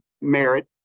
merit